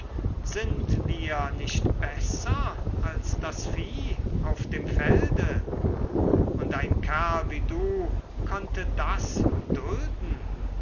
sind wir nicht besser als das vieh auf dem felde und ein kerl wie du konnte das